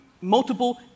multiple